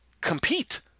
compete